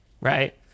right